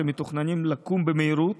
שמתוכננים לקום במהירות